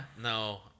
no